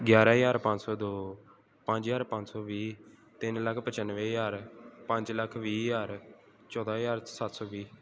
ਗਿਆਰਾਂ ਹਜ਼ਾਰ ਪੰਜ ਸੌ ਦੋ ਪੰਜ ਹਜ਼ਾਰ ਪੰਜ ਸੌ ਵੀਹ ਤਿੰਨ ਲੱਖ ਪਚਾਨਵੇਂ ਹਜ਼ਾਰ ਪੰਜ ਲੱਖ ਵੀਹ ਹਜ਼ਾਰ ਚੌਦਾਂ ਹਜ਼ਾਰ ਸੱਤ ਸੌ ਵੀਹ